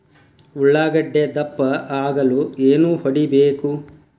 ಉಳ್ಳಾಗಡ್ಡೆ ದಪ್ಪ ಆಗಲು ಏನು ಹೊಡಿಬೇಕು?